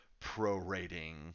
prorating